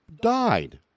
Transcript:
died